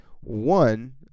One